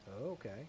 Okay